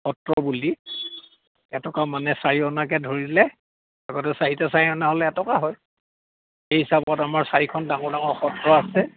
সত্ৰ বুলি এটকা মানে চাৰি অনাকে ধৰিলে আগতে চাৰিটা চাৰি অনা হ'লে এটকা হয় সেই হিচাপত আমাৰ চাৰিখন ডাঙৰ ডাঙৰ সত্ৰ আছে